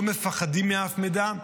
לא מפחדים מאף מידע.